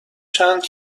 چند